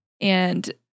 and-